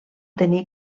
tenir